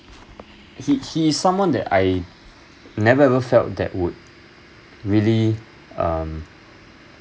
he he is someone that I never ever felt that would really um